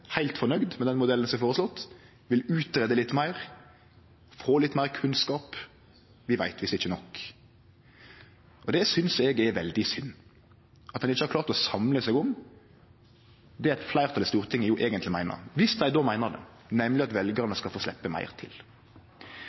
med den modellen som er føreslått, dei vil utgreie litt meir, få litt meir kunnskap – vi veit visst ikkje nok. Eg synest det er veldig synd at ein ikkje har klart å samle seg om det eit fleirtal i Stortinget eigentleg meiner – om dei då meiner det – nemleg at veljarane skal få sleppe meir til.